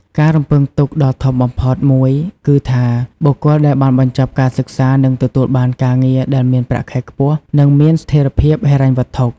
ការរំពឹងទុកដ៏ធំបំផុតមួយគឺថា បុគ្គលដែលបានបញ្ចប់ការសិក្សានឹងទទួលបានការងារដែលមានប្រាក់ខែខ្ពស់ និងមានស្ថិរភាពហិរញ្ញវត្ថុ។